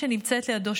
שנמצאת לידו,